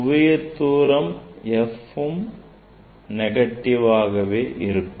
குவியத் தூரம் f உம் negative ஆகுவே இருக்கும்